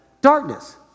darkness